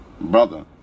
Brother